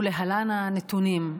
להלן הנתונים.